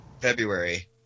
February